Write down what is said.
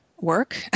work